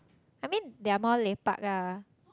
I mean they are more lepak ah